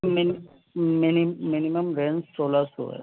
minimum range سولہ سو ہے